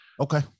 Okay